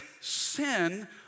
sin